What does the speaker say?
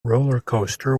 rollercoaster